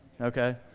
Okay